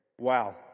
wow